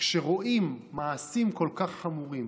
שכשרואים מעשים כל כך חמורים,